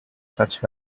such